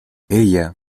ella